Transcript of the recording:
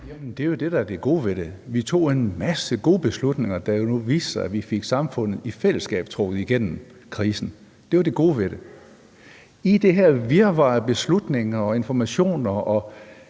det er jo det, der er det gode ved det. Vi tog en masse gode beslutninger, og det har nu vist sig, at vi i fællesskab fik samfundet trukket igennem krisen. Det var det gode ved det. I det her virvar af beslutninger og informationer og